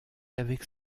avec